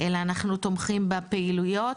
אלא אנחנו תומכים בפעילויות,